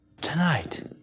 Tonight